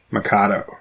Mikado